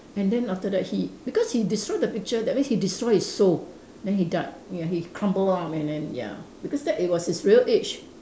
and then after that he because he destroy the picture that means he destroy his soul then he died ya he crumble up and then ya because that it was his real age